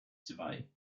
zwei